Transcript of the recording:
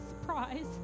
surprise